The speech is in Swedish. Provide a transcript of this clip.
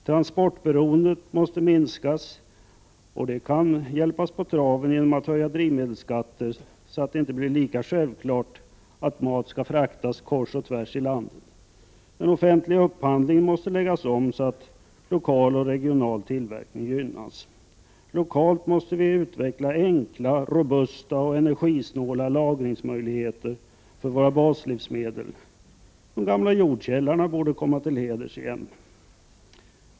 Transportberoendet måste minskas, och detta kan hjälpas på traven med höjda drivmedelsskatter så att det inte blir lika självklart att mat skall fraktas kors och tvärs i landet. Den offentliga upphandlingen måste läggas om, så att lokal och regional tillverkning gynnas. Lokalt måste vi utveckla enkla, robusta och energisnåla lagringsmöjligheter för våra baslivsmedel. De gamla jordkällarna borde komma till heders igen.